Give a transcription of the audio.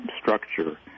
structure